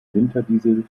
winterdiesel